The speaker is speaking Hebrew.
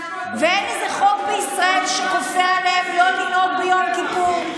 ואין איזה חוק בישראל שכופה עליהם לא לנהוג ביום כיפור.